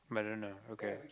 i don't know okay